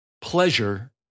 Pleasure